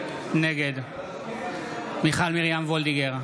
נגד מיכל מרים וולדיגר,